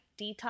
detox